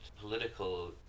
political